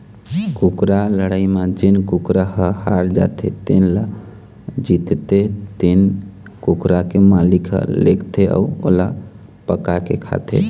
कुकरा लड़ई म जेन कुकरा ह हार जाथे तेन ल जीतथे तेन कुकरा के मालिक ह लेगथे अउ ओला पकाके खाथे